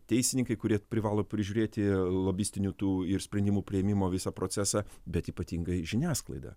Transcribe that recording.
teisininkai kurie privalo prižiūrėti lobistinių tų ir sprendimų priėmimo visą procesą bet ypatingai žiniasklaida